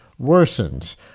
worsens